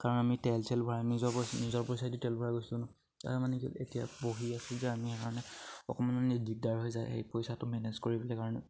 কাৰণ আমি তেল চেল ভৰাই নিজৰ পইচা নিজৰ পইচাই দি তেল ভৰা গৈছিলোঁ তাৰমানে কি এতিয়া পঢ়ি আছে যে আমি সেইকাৰণে অকমান দিগদাৰ হৈ যায় সেই পইচাটো মেনেজ কৰিবলে কাৰণে